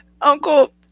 Uncle